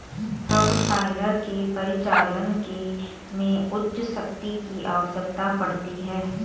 subsoiler के परिचालन में उच्च शक्ति की आवश्यकता पड़ती है